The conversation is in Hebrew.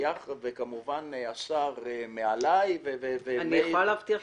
וכמובן השר מעליי וכמובן מאיר --- אני יכולה להבטיח